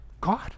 God